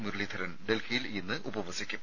മുരളീധരൻ ഡൽഹിയിൽ ഇന്ന് ഉപവസിക്കും